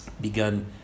begun